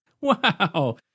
wow